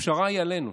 הפשרה היא עלינו.